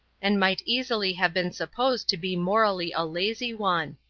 and might easily have been supposed to be morally a lazy one.